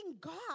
God